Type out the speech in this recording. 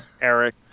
eric